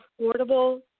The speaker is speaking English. affordable